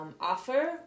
offer